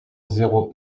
zéro